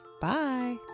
Bye